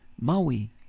Maui